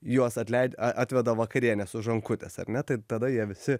juos atleid a atveda vakarienės už rankutės ar ne tai tada jie visi